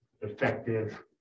effective